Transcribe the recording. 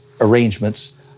arrangements